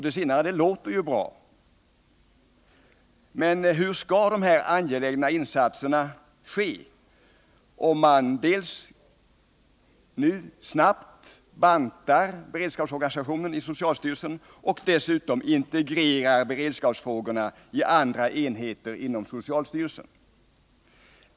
Det senare låter ju bra, men hur skall dessa angelägna insatser göras, om man nu snabbt bantar beredskapsorganisationen inom socialstyrelsen och dessutom integrerar beredskapsfrågorna vid andra enheter inom socialstyrelsen?